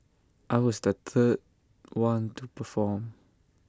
I was the third one to perform